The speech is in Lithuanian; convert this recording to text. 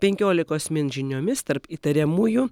penkiolikos min žiniomis tarp įtariamųjų